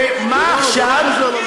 ומה עכשיו?